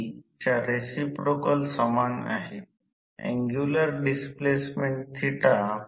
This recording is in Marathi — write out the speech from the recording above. आणि म्हणून प्राथमिक अभिक्रियामधील व्होल्टेज ड्रॉप कडे दुर्लक्ष करणे अगदी न्याय्य नाही